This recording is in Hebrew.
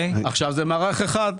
עכשיו זה מערך אחד.